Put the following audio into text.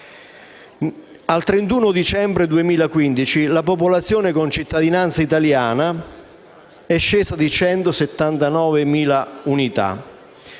Al 31 dicembre 2015 la popolazione con cittadinanza italiana è scesa di 179.000 unità.